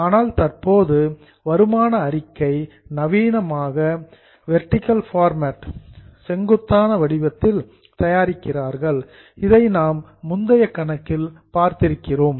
ஆனால் தற்போது income statement வருமான அறிக்கையை மாடர்ன் நவீனமாக வெர்ட்டிக்கல் ஃபார்ம் செங்குத்தான வடிவத்தில் தயாரிக்கிறார்கள் இதை நாம் முந்தைய கணக்கில் பார்த்திருக்கிறோம்